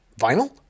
vinyl